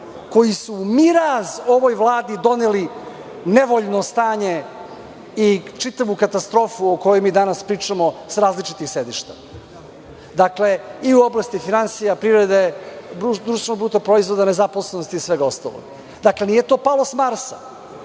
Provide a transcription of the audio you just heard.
koji su u miraz ovoj Vladi doneli nevoljno stanje i čitavu katastrofu o kojoj mi danas pričamo sa različitih sedišta. Dakle, u oblasti finansija, privrede, BDP, nezaposlenosti i svega ostalog. To nije palo s Marsa,